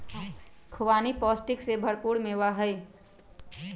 खुबानी पौष्टिक से भरपूर मेवा हई